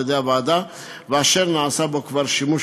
על-ידי הוועדה ואשר נעשה בו כבר שימוש,